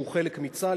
שהוא חלק מצה"ל,